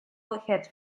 head